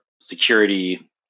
security